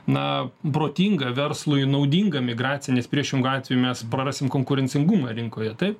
na protingą verslui naudingą migraciją nes priešingu atveju mes prarasim konkurencingumą rinkoje taip